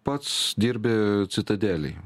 pats dirbi citadelėj